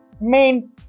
main